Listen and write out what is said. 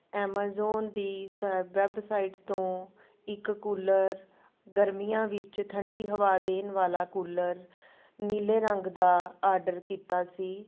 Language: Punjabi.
ਐਮਾਜ਼ੋਨ ਦੀ ਸਾ ਵੈਬਸਾਈਟ ਤੋਂ ਇੱਕ ਕੂਲਰ ਗਰਮੀਆਂ ਵਿੱਚ ਠੰਡੀ ਹਵਾ ਦੇਣ ਵਾਲਾ ਕੂਲਰ ਨੀਲੇ ਰੰਗ ਦਾ ਆਡਰ ਕੀਤਾ ਸੀ